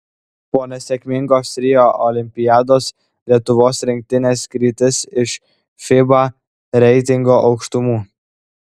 po nesėkmingos rio olimpiados lietuvos rinktinės krytis iš fiba reitingo aukštumų